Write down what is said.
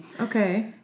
Okay